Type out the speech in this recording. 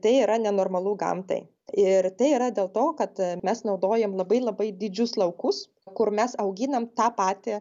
tai yra nenormalu gamtai ir tai yra dėl to kad mes naudojam labai labai didžius laukus kur mes auginam tą patį